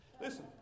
Listen